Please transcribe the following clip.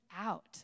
out